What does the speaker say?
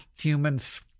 Humans